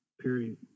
period